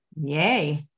Yay